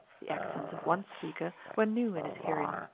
the accents of one speaker were new in his hearing,